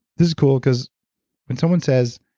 this is cool because when someone says,